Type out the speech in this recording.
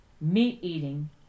Meat-eating